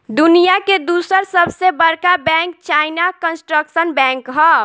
दुनिया के दूसर सबसे बड़का बैंक चाइना कंस्ट्रक्शन बैंक ह